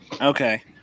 Okay